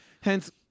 Hence